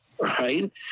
right